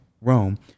Rome